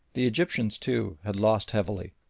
the egyptians, too, had lost heavily.